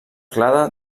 clade